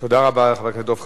תודה רבה לחבר הכנסת דב חנין.